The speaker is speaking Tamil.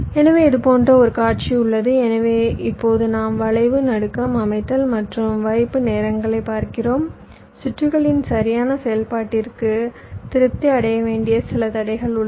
எனவே இது போன்ற ஒரு காட்சி உள்ளது எனவே இப்போது நாம் வளைவு நடுக்கம் அமைத்தல் மற்றும் வைப்பு நேரங்களைப் பார்க்கிறோம் சுற்றுகளின் சரியான செயல்பாட்டிற்கு திருப்தி அடைய வேண்டிய சில தடைகள் உள்ளன